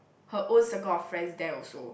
her own circle of friends there also